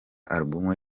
album